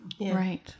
Right